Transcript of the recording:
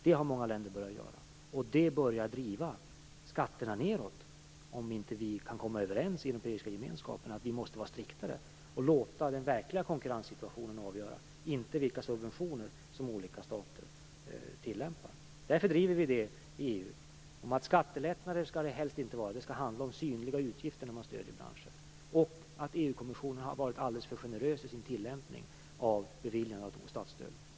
Det driver skatterna nedåt om vi inte kan komma överens inom den europeiska gemenskapen om att vi måste vara striktare och låta den verkliga konkurrenssituationen avgöra och inte vilka subventioner som olika stater tillämpar. Därför driver vi detta i EU. Det skall helst inte vara skattelättnader. Det skall handla om synliga utgifter när man stöder branscher. Och EU kommissionen har varit alldeles för generös i sin tillämpning när det gäller att bevilja statsstöd.